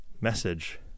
message